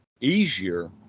easier